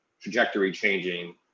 trajectory-changing